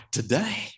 today